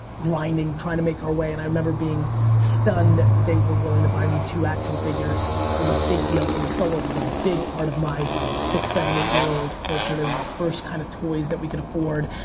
grinding, trying to make our way. and i remember being stunned that they were willing to buy me two action figures it was a big deal for me. star wars was a big part of my six, seven, eight year old culture. they were my first, kind of, toys that we could afford.